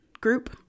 group